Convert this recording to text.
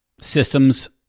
systems